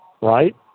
right